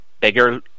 bigger